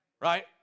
Right